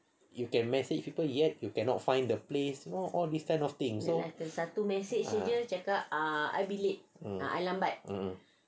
you can message people yet you cannot find the place you know all this kind of things ah um